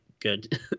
good